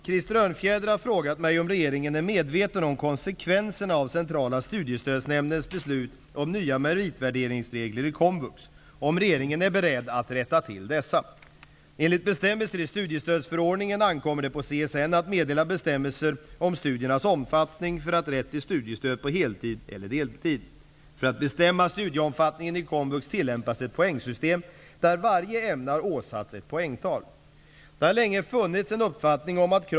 Krister Örnfjäder har frågat mig om regeringen är medveten om konsekvenserna av Centrala studiestödsnämndens beslut om nya meritvärderingsregler i komvux och om regeringen är beredd att rätta till dessa. För att bestämma studieomfattningen i komvux tillämpas ett poängsystem, där varje ämne har åsatts ett poängtal.